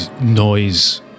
noise